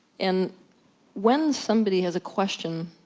and when somebody has a question,